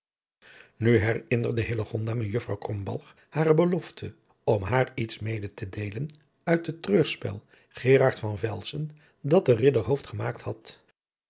nu herinnerde hillegonda mejuffrouw krombalg hare belofte om haar iers mede te delen uit het treurspel geeraardt van velsen dat de ridder hooft gemaakt had